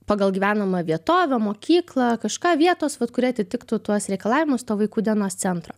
pagal gyvenamą vietovę mokyklą kažką vietos vat kuri atitiktų tuos reikalavimus to vaikų dienos centro